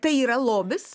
tai yra lobis